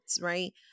right